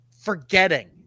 forgetting